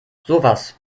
sowas